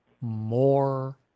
more